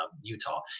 Utah